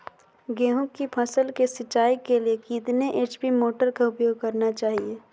गेंहू की फसल के सिंचाई के लिए कितने एच.पी मोटर का उपयोग करना चाहिए?